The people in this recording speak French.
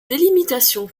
délimitation